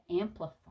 amplify